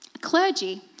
clergy